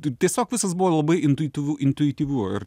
tu tiesiog visas buvo labai intuityvu intuityvu ir